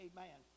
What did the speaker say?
Amen